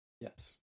Yes